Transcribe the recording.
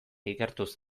ikertuz